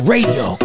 Radio